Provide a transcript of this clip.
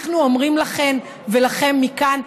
אנחנו אומרים לכן ולכם מכאן: